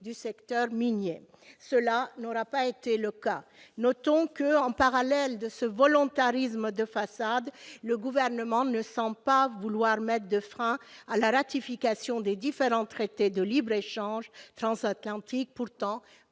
du secteur minier. Cela ne sera pas le cas. Notons que, en parallèle de ce volontarisme de façade, le Gouvernement ne semble pas vouloir mettre de frein à la ratification des différents traités de libre-échange transatlantique, pourtant